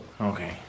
Okay